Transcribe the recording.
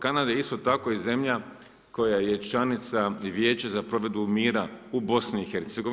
Kanada je isto tako zemlja, koja je članica vijeća za provedbu mira u BIH.